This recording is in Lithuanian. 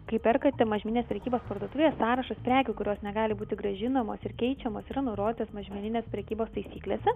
kai perkate mažmeninės prekybos parduotuvėje sąrašas prekių kurios negali būti grąžinamos ir keičiamos yra nurodytas mažmeninės prekybos taisyklėse